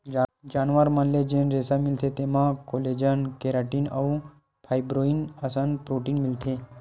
जानवर मन ले जेन रेसा मिलथे तेमा कोलेजन, केराटिन अउ फाइब्रोइन असन प्रोटीन मिलथे